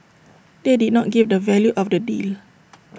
they did not give the value of the deal